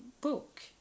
book